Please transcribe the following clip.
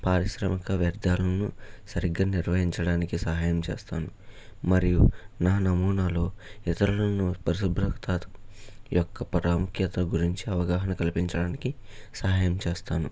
పారిశ్రామిక వ్యర్థాలను సరిగ్గా నిర్వహించడానికి సహాయం చేస్తాను మరియు నా నమూనాలో ఇతరులను పరిశుభ్రత యొక్క ప్రాముఖ్యత గురించి అవగాహన కల్పించడానికి సహాయం చేస్తాను